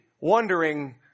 wondering